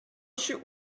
should